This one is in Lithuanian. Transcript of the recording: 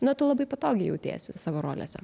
na tu labai patogiai jautiesi savo rolėse